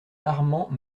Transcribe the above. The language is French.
armand